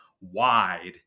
wide